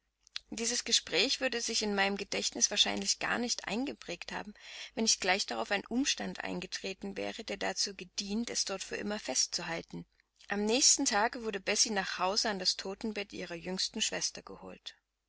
dies gespräch würde sich meinem gedächtnis wahrscheinlich gar nicht eingeprägt haben wenn nicht gleich darauf ein umstand eingetreten wäre der dazu gedient es dort für immer festzuhalten am nächsten tage wurde bessie nach hause an das totenbett ihrer jüngsten schwester geholt